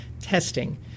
testing